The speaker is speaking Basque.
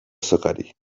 sokari